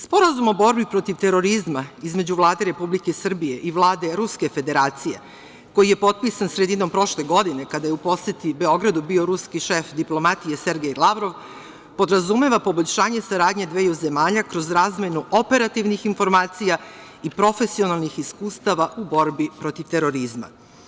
Sporazum o borbi protiv terorizma između Vlade Republike Srbije i Vlade Ruske Federacije koji je potpisan sredinom prošle godine kada je u poseti Beogradu bio ruski šef diplomatije Sergej Lavrov, podrazumeva poboljšanje saradnje dveju zemlja kroz razmenu operativnih informacija i profesionalnih iskustava u borbi protiv terorizma.